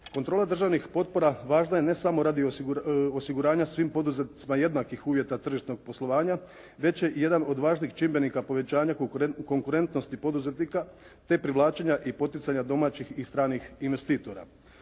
Kontrola državnih potpora važna je ne samo radi osiguranja svim poduzetnicima jednakih uvjeta tržišnih poslovanja, već je jedan od važnih čimbenika povećanja konkurentnosti poduzetnika, te privlačenja i poticanja domaćih i stranih investitora.